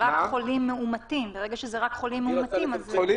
ברגע שזה רק חולים מאומתים אז זה